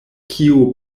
kio